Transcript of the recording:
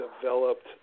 developed